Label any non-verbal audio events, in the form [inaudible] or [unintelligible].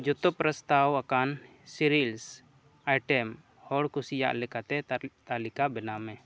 ᱡᱷᱚᱛᱚ ᱯᱨᱚᱥᱛᱟᱵᱽ ᱟᱠᱟᱱ ᱥᱤᱨᱤᱭᱟᱞᱥ ᱟᱭᱴᱮᱢ ᱦᱚᱲ ᱠᱩᱥᱤᱭᱟᱜ ᱞᱮᱠᱟᱛᱮ [unintelligible] ᱛᱟᱞᱤᱠᱟ ᱵᱮᱱᱟᱣᱢᱮ